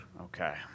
Okay